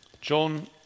John